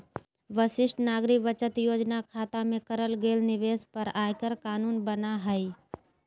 वरिष्ठ नागरिक बचत योजना खता में करल गेल निवेश पर आयकर कानून बना हइ